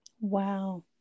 Wow